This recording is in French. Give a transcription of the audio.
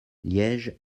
liège